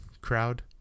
crowd